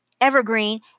evergreen